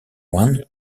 one